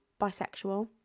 bisexual